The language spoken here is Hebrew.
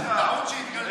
טעות שהתגלתה,